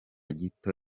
gito